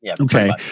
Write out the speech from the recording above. Okay